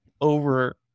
over